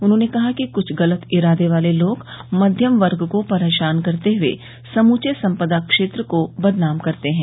उन्होंने कहा कि क्छ गलत इरादे वाले लोग मध्यम वर्ग को परेशान करते हुए समूचे संपदा क्षेत्र को बदनाम करते हैं